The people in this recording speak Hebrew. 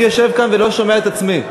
אני יושב כאן ולא שומע את עצמי.